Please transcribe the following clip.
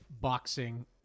boxing